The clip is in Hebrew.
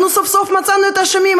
אנחנו סוף-סוף מצאנו את האשמים,